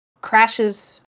crashes